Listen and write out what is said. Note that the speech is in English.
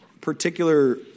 particular